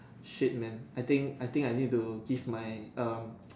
shit man I think I think I need to give my um